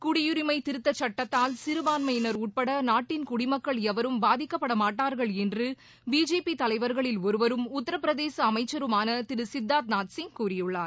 குடியுரிமை திருத்த சுட்டத்தால் சிறுபான்மையினர் உட்பட நாட்டின் குடிமக்கள் எவரும் பாதிக்கப்பட மாட்டார்கள் என்று பிஜேபி தலைவர்களில் ஒருவரும் உத்தரப்பிரதேச அமைச்சருமான திரு சித்தார்த்நாத் சிங் கூறியுள்ளார்